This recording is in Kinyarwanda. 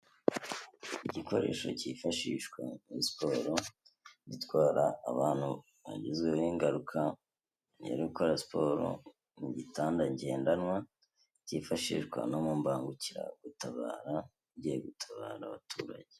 Igikoresho cyifashishwa muri siporo, gitwara abantu bagizweho ingaruka no gukora siporo, ni igitanda ngendanwa cyifashishwa no mu mbangukiragutabara ugiye gutabara abaturage.